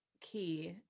key